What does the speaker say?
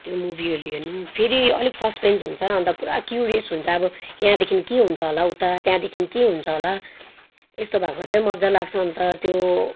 त्यो मुभीहरू हेर्नु पनि फेरि अलिक सस्पेन्स हुन्छ अन्त पुरा क्युरियस हुन्छ अब यहाँदेखि के हुन्छ होला उता त्यहाँदेखि के हुन्छ होला यस्तो भएको चाहिँ मजा लाग्छ अन्त त्यो